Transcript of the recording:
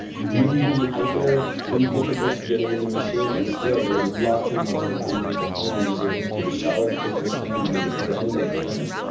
really, really hyper, really difficult to get him in the machine. and still, there were lots and lots of improvements at home, he was able to take a shower for the first time he made a friend at camp.